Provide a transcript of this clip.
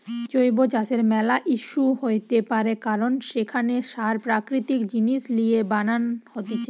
জৈব চাষের ম্যালা ইস্যু হইতে পারে কারণ সেখানে সার প্রাকৃতিক জিনিস লিয়ে বানান হতিছে